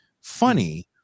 funny